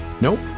Nope